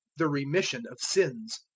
the remission of sins.